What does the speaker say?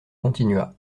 continua